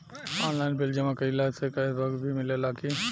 Online bill जमा कईला से कैश बक भी मिलेला की?